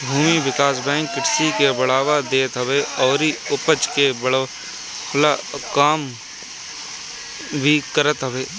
भूमि विकास बैंक कृषि के बढ़ावा देत हवे अउरी उपज के बढ़वला कअ काम भी करत हअ